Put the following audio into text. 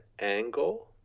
angle